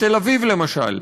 בתל-אביב, למשל,